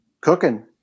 cooking